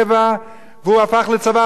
והוא הפך לצבא הרבה יותר יעיל.